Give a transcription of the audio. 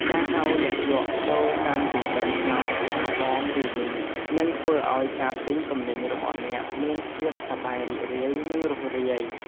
ការហៅអ្នកលក់ដូរតាមចិញ្ចើមថ្នល់ថាបងឬមីងនឹងធ្វើឱ្យការទិញទំនិញរបស់អ្នកមានភាពសប្បាយរីករាយនិងរួសរាយ។